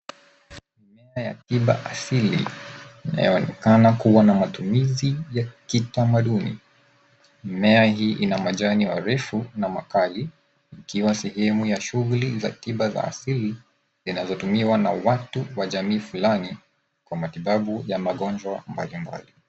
Mimea ya tiba asili imeonekana kuwa na matumizi ya kitamaduni. Mimea hii ina majani marefu na makali ikiwa ni sehemu ya shughuli za tiba za asili zinazotumiwa na watu wa jamii fulani kwa matibabu ya magonjwa mbalimbali.